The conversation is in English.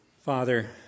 Father